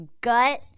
gut